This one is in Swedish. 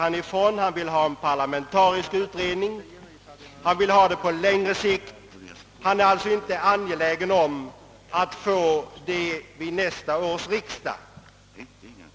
Han vill i stället ha en parlamentarisk utredning som väl skulle arbeta på längre sikt. Han är alltså inte angelägen om att få ett förslag framlagt till nästa års riksdag.